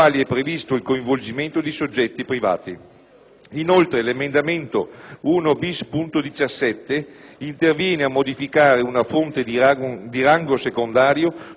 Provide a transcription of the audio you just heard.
Inoltre, l'emendamento 1-*bis*.17 interviene a modificare una fonte di rango secondario con una norma di rango primario, mentre gli emendamenti